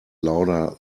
louder